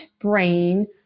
brain